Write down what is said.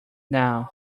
down